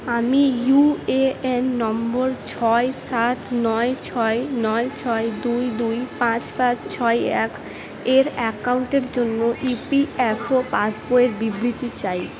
আমি U A N number ছয় সাত নয় ছয় নয় ছয় দুই দুই পাঁচ পাঁচ ছয় এক এর অ্যাকাউন্টের জন্য ইপিএফও পাস বইয়ের বিবৃতি চাই